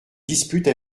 dispute